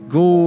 go